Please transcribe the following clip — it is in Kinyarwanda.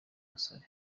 musore